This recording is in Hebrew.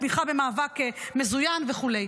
תמיכה במאבק מזוין וכולי.